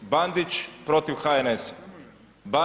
Bandić protiv HNS-a.